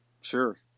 Sure